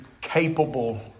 capable